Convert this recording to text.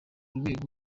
rwego